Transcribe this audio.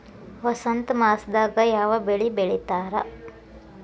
ವಸಂತ ಮಾಸದಾಗ್ ಯಾವ ಬೆಳಿ ಬೆಳಿತಾರ?